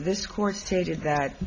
this court stated that